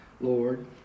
Lord